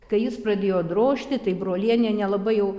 kai jis pradėjo drožti tai brolienė nelabai jau